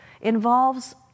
involves